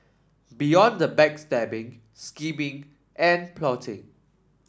beyond the backstabbing scheming and plotting